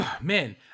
Man